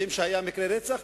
יודעים שהיה מקרה רצח,